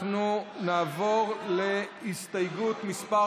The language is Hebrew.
אנחנו נעבור להסתייגות מס'